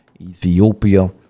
Ethiopia